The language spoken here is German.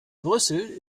brüssel